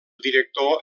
director